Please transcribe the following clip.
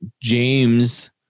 James